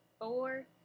four